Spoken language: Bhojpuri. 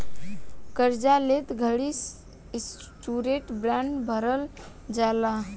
कार्जा लेत घड़ी श्योरिटी बॉण्ड भरवल जाला